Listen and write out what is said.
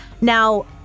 Now